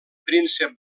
príncep